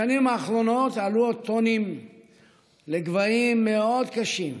בשנים האחרונות עלו הטונים לגבהים מאוד קשים.